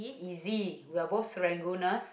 easy we are both Serangooners